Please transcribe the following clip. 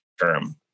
term